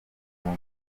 kuva